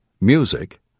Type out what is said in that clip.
music